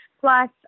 Plus